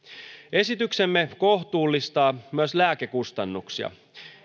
esityksemme kohtuullistaa myös lääkekustannuksia